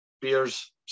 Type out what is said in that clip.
beers